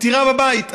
פטירה בבית,